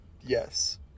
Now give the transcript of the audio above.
Yes